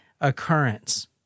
occurrence